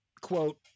quote